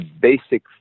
basic